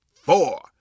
four